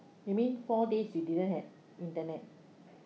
you mean four days you didn't have internet